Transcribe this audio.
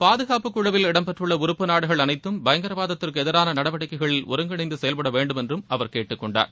பாதுகாப்புக் குழுவில் இடம்பெற்றுள்ள உறுப்பு நாடுகள் அனைத்தும் பயங்கரவாதத்துக்கு எதிரான நடவடிக்கைகளில் ஒருங்கிணைந்து செயல்பட வேண்டுமென்று அவர் கேட்டுக் கொண்டார்